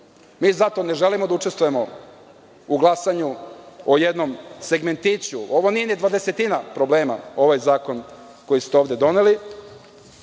zato ne želimo da učestvujemo u glasanju o jednom segmentiću, ovo nije ni dvadesetina problema ovaj zakon koji ste ovde doneli.